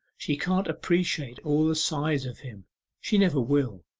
she can't appreciate all the sides of him she never will!